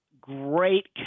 great